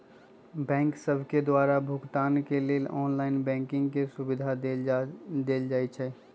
bank सभके द्वारा भुगतान के लेल ऑनलाइन बैंकिंग के सुभिधा देल जाइ छै